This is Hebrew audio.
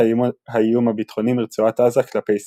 האיום הביטחוני מרצועת עזה כלפי ישראל.